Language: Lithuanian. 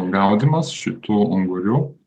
gaudymas šitų ungurių